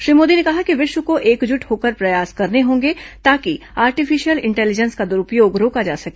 श्री मोदी ने कहा कि विश्व को एकजुट होकर प्रयास करने होंगे ताकि आर्टिफिशियल इंटेलिजेंस को द्रूपयोग रोका जा सके